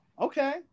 Okay